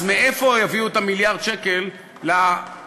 אז מאיפה יביאו את ה-1 מיליארד שקל למע"מ?